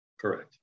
Correct